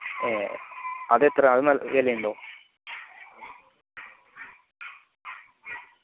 അത് എത്ര അത് നല്ല വില ഉണ്ടോ